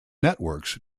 networks